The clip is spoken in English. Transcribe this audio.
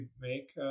make